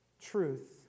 truth